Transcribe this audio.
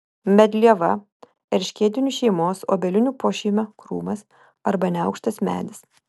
medlieva erškėtinių šeimos obelinių pošeimio krūmas arba neaukštas medis